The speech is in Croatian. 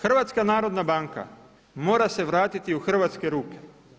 HNB mora se vratiti u hrvatske ruke.